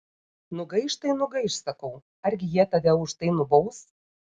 nugaiš tai nugaiš sakau argi jie tave už tai nubaus